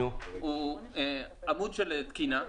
הוא עמוד של תקינה,